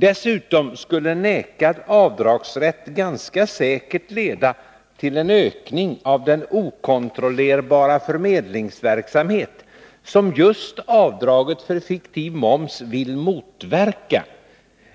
Dessutom skulle vägrad avdragsrätt ganska snart leda till en ökning av den okontrollerbara förmedlingsverksamhet som avdraget för fiktiv moms just vill motverka.